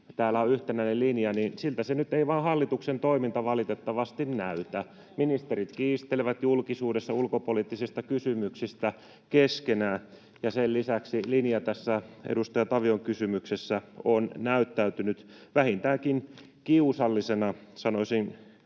täällä on yhtenäinen linja, niin siltä nyt ei vaan hallituksen toiminta valitettavasti näytä. Ministerit kiistelevät julkisuudessa ulkopoliittisista kysymyksistä keskenään, ja sen lisäksi linja tässä edustaja Tavion kysymyksessä on näyttäytynyt vähintäänkin kiusallisena, sanoisin